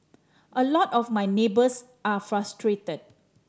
a lot of my neighbours are frustrated